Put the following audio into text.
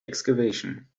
excavation